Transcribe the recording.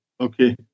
okay